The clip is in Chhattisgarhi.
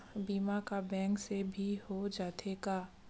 बीमा का बैंक से भी हो जाथे का?